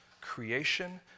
creation